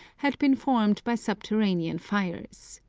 had been formed by subterranean fires.